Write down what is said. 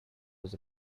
was